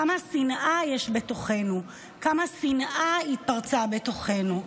כמה שנאה יש בתוכנו, כמה שנאה התפרצה בתוכנו.